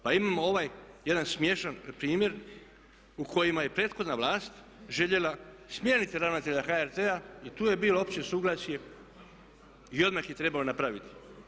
Pa imamo ovaj jedan smiješan primjer u kojima je prethodna vlast željela smijeniti ravnatelja HRT-a i tu je bilo opće suglasje i odmah je trebao napraviti.